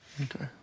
Okay